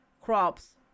crops